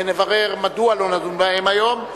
ונברר מדוע לא נדון בהן היום.